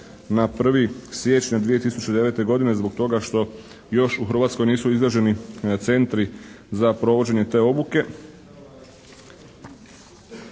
na 1. siječnja 2009. godine zbog toga što još u Hrvatskoj nisu izrađeni centri za provođenje te obuke.